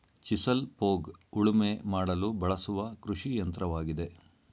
chisel plough ಉಳುಮೆ ಮಾಡಲು ಬಳಸುವ ಕೃಷಿಯಂತ್ರವಾಗಿದೆ